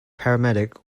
paramedic